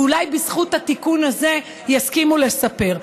ואולי בזכות התיקון הזה יסכימו לספר.